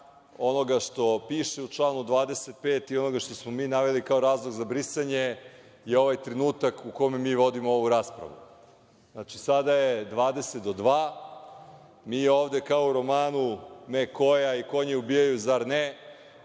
onoga što piše u članu 25. i onoga što smo mi naveli kao razlog za brisanje, je ovaj trenutak u kome mi vodimo ovu raspravu. Sada je dvadeset do dva, mi ovde kao u romanu Mek Koja – I konje ubijaju zar ne,